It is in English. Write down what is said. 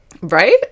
Right